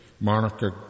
Monica